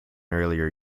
earlier